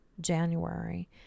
January